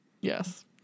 Yes